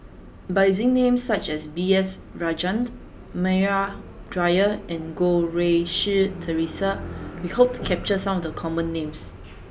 by using names such as B S Rajhans Maria Dyer and Goh Rui Si Theresa we hope to capture some of the common names